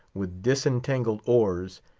with disentangled oars,